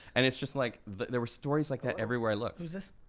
and it's just like, there were stories like that everywhere i looked. who's this?